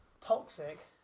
Toxic